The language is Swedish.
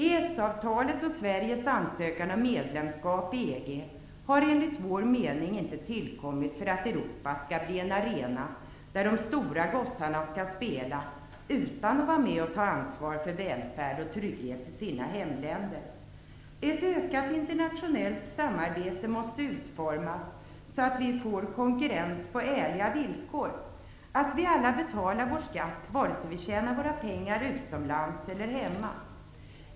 EES-avtalet och Sveriges ansökan om medlemskap i EG har enligt vår mening inte tillkommit för att Europa skall bli en arena där de stora gossarna skall spela utan att vara med och ta ansvar för välfärd och trygghet i sina hemländer. Ett ökat internationellt samarbete måste utformas så att vi får konkurrens på ärliga villkor. Vi skall alla betala vår skatt, vare sig vi tjänar våra pengar utomlands eller hemma.